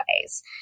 ways